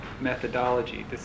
methodology